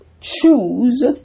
choose